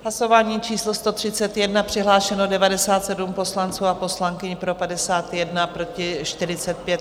Hlasování číslo 131, přihlášeno 97 poslanců a poslankyň, pro 51, proti 45.